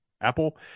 apple